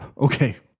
Okay